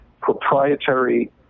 proprietary